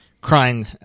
crying